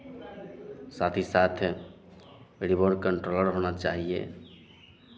साथ ही साथ रिमोट कण्ट्रोल होना चाहिए